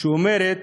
שאומרת: